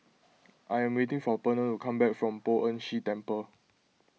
I am waiting for Pernell to come back from Poh Ern Shih Temple